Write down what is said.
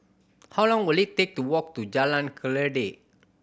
how long will it take to walk to Jalan Kledek